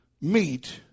meet